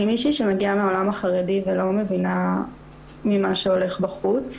אני מישהי שמגיעה מהעולם החרדי ולא מבינה ממה שהולך בחוץ,